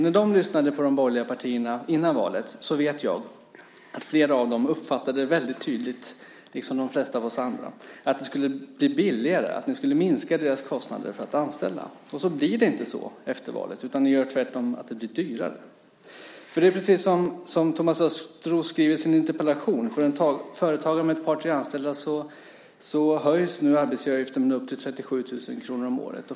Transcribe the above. När de lyssnade på de borgerliga partierna före valet vet jag att flera av dem, liksom de flesta av oss andra, väldigt tydligt uppfattade att det skulle bli billigare och att ni skulle minska deras kostnader för att anställa, och så blir det inte så efter valet. Ni gör det tvärtom dyrare. Som Thomas Östros skriver i sin interpellation: För en företagare med ett par tre anställda höjs arbetsgivaravgiften med upp till 37 000 kr om året.